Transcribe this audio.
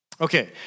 Okay